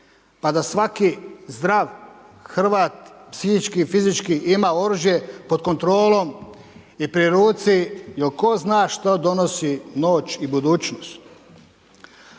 pa da svaki zdrav Hrvat psihički i fizički ima oružje pod kontrolom i pri ruci jer tko zna što donosi noć i budućnost.